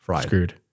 screwed